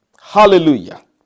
Hallelujah